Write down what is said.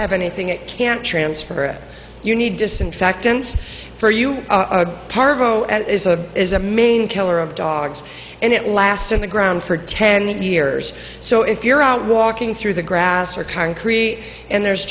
have anything it can't transfer you need disinfectants for you parvo and is a is a main killer of dogs and it lasted the ground for ten years so if you're out walking through the grass or concrete and there's